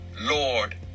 Lord